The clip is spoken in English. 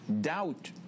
doubt